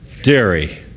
dairy